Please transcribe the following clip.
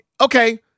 okay